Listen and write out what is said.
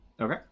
Okay